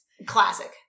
Classic